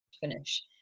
finish